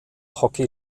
hockey